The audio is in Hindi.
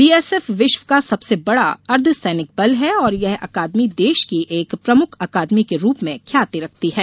बीएसएफ विश्व का सबसे बडा अर्ध सैनिक बल है और यह अकादमी देश की एक प्रमुख अकादमी के रूप में ख्याति रखती है